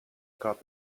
caught